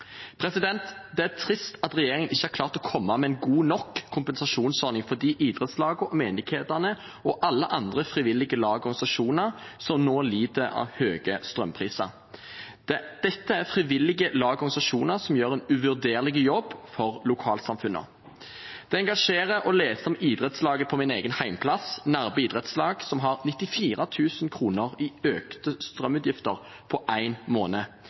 Det er trist at regjeringen ikke har klart å komme med en god nok kompensasjonsordning for de idrettslagene, menighetene og alle andre frivillige lag og organisasjoner som nå lider på grunn av høye strømpriser. Dette er frivillige lag og organisasjoner som gjør en uvurderlig jobb for lokalsamfunnet. Det engasjerer å lese om idrettslaget på min egen hjemplass, Nærbø idrettslag, som har 94 000 kr i økte strømutgifter på én måned.